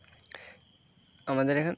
আমাদের এখানে